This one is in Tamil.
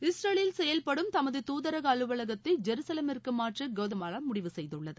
இஸ்ரேலில் செயல்படும் தமது தூதரக அலுவலகத்தை ஜெருசலேமிற்கு மாற்ற கவுதமாலா முடிவு செய்துள்ளது